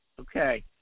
Okay